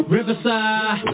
Riverside